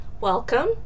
welcome